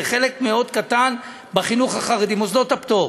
זה חלק מאוד קטן בחינוך החרדי, מוסדות הפטור.